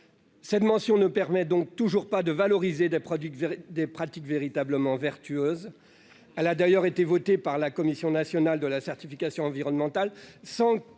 Cette mention ne permet toujours pas de valoriser des pratiques véritablement vertueuses. Elle a d'ailleurs été votée par la Commission nationale de la certification environnementale